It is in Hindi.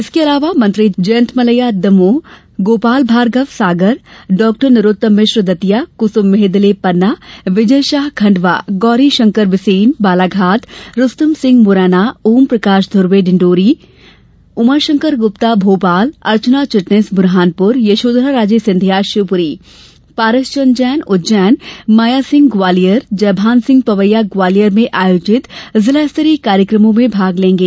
इसके अलावा मंत्री जयंत मलैया दमोह गोपाल भार्गव सागर डॉक्टर नरोत्तम मिश्र दतिया कुसुम मेहदेल पन्ना विजय शाह खंडवा गोरीशंकर बिसेन बालाघाट रूस्तम सिंह मुरैना ओम प्रकाश धुर्वे डिण्डोरी उमाशंकर गुप्ता भोपाल अर्चना चिटनीस बुरहानपुर यशोधरा राजे सिंधिया शिवपुरी पारसचंद जैन उज्जैन मायासिंह ग्वालियर जयभान सिंह पवैया ग्वालियर में आयोजित जिला स्तरीय कार्यक्रमो में भाग लेंगे